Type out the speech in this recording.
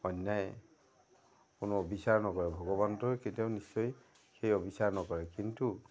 অন্যায় কোনো অবিচাৰ নকৰে ভগৱন্তই কেতিয়াও নিশ্চয় সেই অবিচাৰ নকৰে কিন্তু